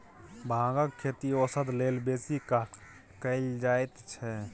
भांगक खेती औषध लेल बेसी काल कएल जाइत छै